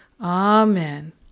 Amen